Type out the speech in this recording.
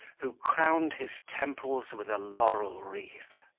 who crowned his temples with a laurel wreath.